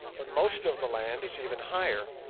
but most of the land is even higher,